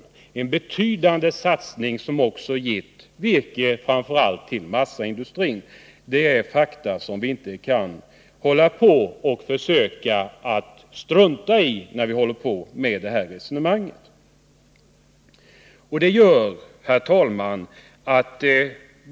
Denna avsevärda satsning har också givit virke, framför allt till massaindustrin. Detta är fakta som vi inte kan strunta i när vi för dessa resonemang.